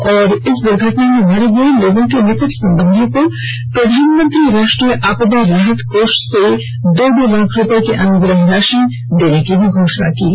प्रधानमंत्री ने इस दुर्घटना में मारे गए लोगों के निकट संबंधियों को प्रधानमंत्री राष्ट्रीय आपदा राहत कोष से दो दो लाख रुपए की अनुग्रह राशि देने की घोषणा की है